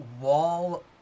wall